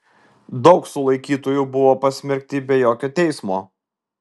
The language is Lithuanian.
daug sulaikytųjų buvo pasmerkti be jokio teismo